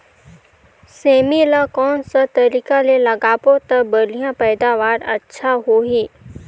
सेमी ला कोन सा तरीका ले लगाबो ता बढ़िया पैदावार अच्छा होही?